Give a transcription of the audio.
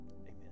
Amen